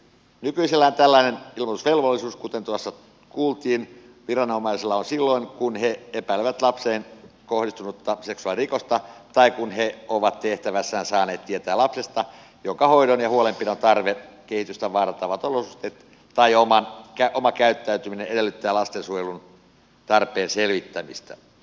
nykyisellään tällainen ilmoitusvelvollisuus kuten tuossa kuultiin viranomaisilla on silloin kun he epäilevät lapseen kohdistunutta seksuaalirikosta tai kun he ovat tehtävässään saaneet tietää lapsesta jonka hoidon ja huolenpidon tarve kehitystä vaarantavat olosuhteet tai oma käyttäytyminen edellyttää lastensuojelun tarpeen selvittämistä